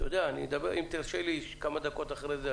אם תרשה לי כמה דקות אחרי זה,